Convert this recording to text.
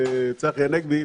צחי הנגבי,